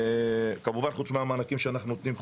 כמובן חוץ מהמענקים שאנחנו נותנים,